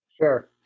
Sure